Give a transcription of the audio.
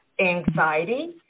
Anxiety